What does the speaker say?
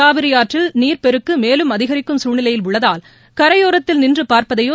காவிரி ஆற்றில் நீர்ப்பெருக்கு மேலும் அதிகரிக்கும் சூழ்நிலை உள்ளதால் கரையோரத்தில் நின்று பார்ப்பதையோ